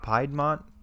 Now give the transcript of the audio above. Piedmont